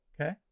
Okay